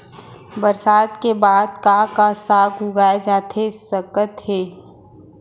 बरसात के बाद का का साग उगाए जाथे सकत हे?